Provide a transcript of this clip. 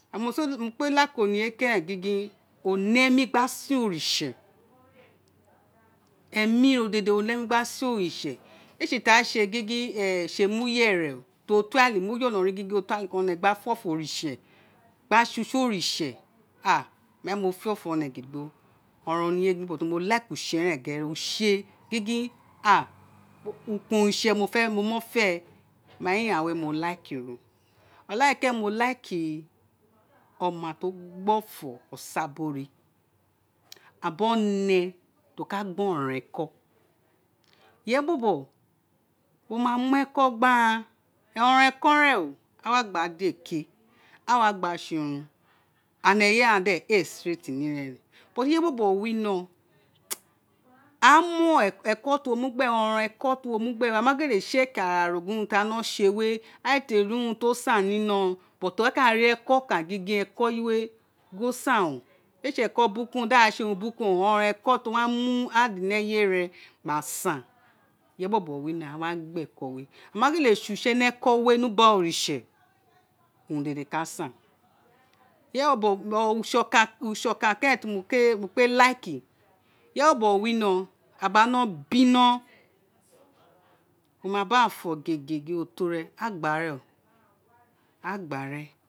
mo kpé like oniye were gingin o ne mi gba sen oritse emi ro dede owun o gba sen oritse é sé a sé gingin gba usé mu yẹrẹ tó tó ale mo jolọ ri gingin o nẹ ka fo gba sé usẹ oritse mo gin mo fe ofo o ne gidigbo ọrọnrọn oni yé but mi like use égbe eren then usé gingin à ukun oritse mofe owun mó mọ fe ma ighaan wé mo likero okáre keren mo like oma ti o gbo to osa biri oré owun biri o ne ti o ka gba ọrọnrọn ekọ ireyé bọbọ wo ma mu eko gbe aghan ọrọnrọneko ren o ewa gbadé ké a wa gba sé urun and eyé ghan éè straight ni ira ẹrẹn but iren bọbọ wino aghan ma eke ti wo mu gbe ọrọnrọn wo mu gbe ama ghele check ara ro gin urun aghan no sé wé aghan téri urun ti o san me inọ but aka ri ẹkọ ọkan gingin eko eyi wé gin o san o gin éè sé eko bukun di aghan sé urun bukun o oron ron eko ti wo wa mu addin eyé re gba san ireyé bobo wino a wa gba ẹko wé wo ma rélé sé usé ni eko wé mu gbe oruitse urun dede ka san iréyé bọbọ usé ọkan keren ti mo kpe like ireye bobo wino a ma no bino wo ma ba ghan fo gege gin o to ren a gba ren o, a gba re